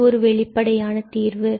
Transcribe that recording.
இது ஒரு வெளிப்படையான தீர்வு